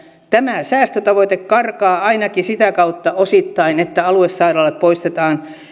tämä säästötavoite karkaa ainakin sitä kautta osittain että aluesairaalat poistetaan